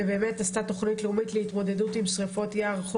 לעשות תוכנית לאומית להתמודדות עם שריפות יער,